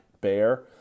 Bear